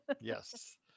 Yes